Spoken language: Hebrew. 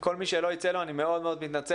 כל מי שלא ייצא לו אני מאוד מאוד מתנצל,